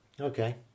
Okay